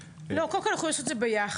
קודם כל אנחנו יכולים לעשות את זה ביחד,